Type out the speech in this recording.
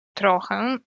trochę